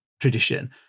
tradition